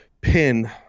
pin